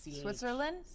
Switzerland